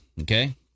okay